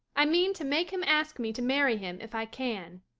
i mean to make him ask me to marry him if i can,